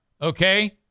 Okay